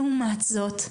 לעומת זאת,